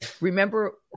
remember